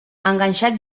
enganxat